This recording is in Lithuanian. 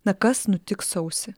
na kas nutiks sausį